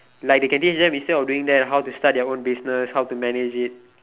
like they can teach them instead of doing that how to start their own business how to manage it